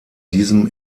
diesem